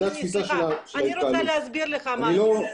אני רוצה להסביר לך משהו.